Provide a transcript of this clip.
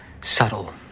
subtle